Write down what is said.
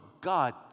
God